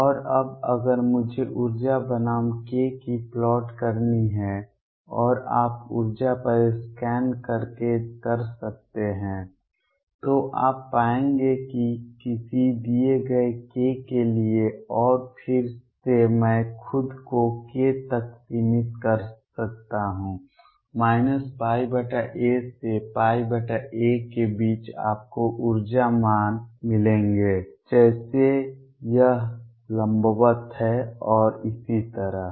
और अब अगर मुझे ऊर्जा बनाम k की प्लॉट करनी है और आप ऊर्जा पर स्कैन करके कर सकते हैं तो आप पाएंगे कि किसी दिए गए k के लिए और फिर से मैं खुद को k तक सीमित कर सकता हूं a से a के बिच आपको ऊर्जा मान मिलेंगे जैसे यह लंबवत है और इसी तरह